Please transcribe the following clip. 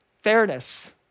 Fairness